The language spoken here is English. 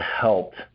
helped